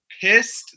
pissed